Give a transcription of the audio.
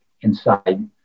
inside